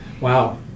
Wow